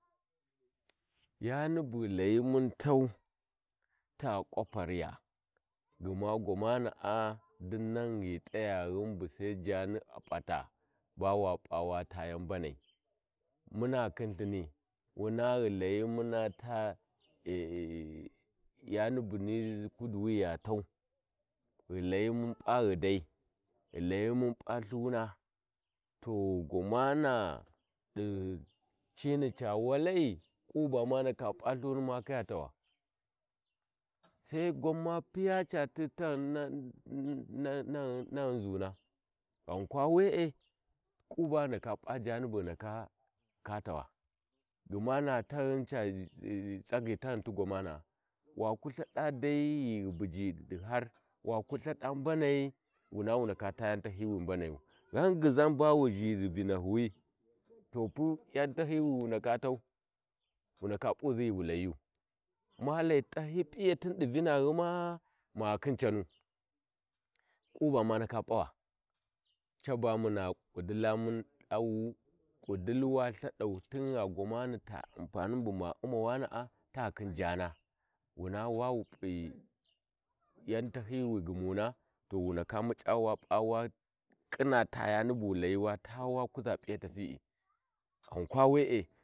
Yani bughu layi mun tau ta kwapariya gma gwamana'a dinnan ghi t’ayaghu sai jani a p’ata bawa p’a wa ta ya mbanai muna khin ithina wuna na hi layi mun taa ya bu ya tau ghi layi mun p’a ghidai ghi layi mmun p’a ihuna to gwamana ɗi ci cini ca walai ƙuba mandaka p’a ihuni ma khiya. tawa sa gwa ma piya cati zuna ghankwa wee ƙu ba ghi ndaka p’a jani ghi ndaka tawa gma na taghum tsagyi ti gwamana waku ithadai ghi ghu buji ghi har waku ithada mbonai wuna wu ndaka taa yau tahiyi wi mbanayu ghan ghizau bawu zhi vinahi to pu yau tahi wu ndaka p’uzi ghi wa layiyu ma lai tahi yau p’iyatin di vinaghu na hi khin canu kuba ma ndaka p’awa caba muna dau kudili wa ithadau tigha gwamani kudili wa ithadau tingha ta ampanin buma uma wana'a ta ghikin jana wuna bawu p’iyau tahiyi ghubana wa ghikin a jaana dawa muc'a wa ƙinna ya layiya.